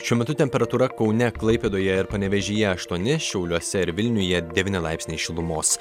šiuo metu temperatūra kaune klaipėdoje ir panevėžyje aštuoni šiauliuose ir vilniuje devyni laipsniai šilumos